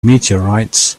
meteorites